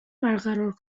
برقرار